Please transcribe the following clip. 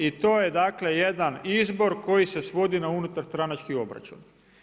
I to je dakle jedan izbor koji se svodi na unutar stranački obračun.